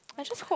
I just hope